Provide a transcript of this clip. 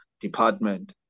department